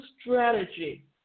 strategy